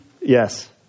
Yes